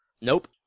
Nope